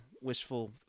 wishful